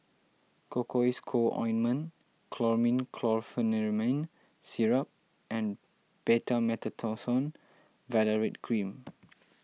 Cocois Co Ointment Chlormine Chlorpheniramine Syrup and Betamethasone Valerate Cream